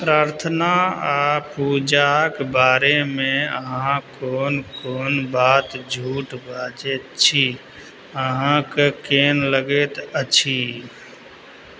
प्रार्थना आओर पूजाके बारेमे अहाँ कोन कोन बात झूठ बाजैत छी अहाँके केहेन लगैत अछि